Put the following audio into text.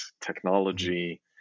technology